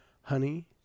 honey